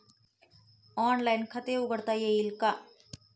Online खाते उघडता येईल का?